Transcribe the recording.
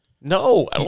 no